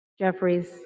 Jeffries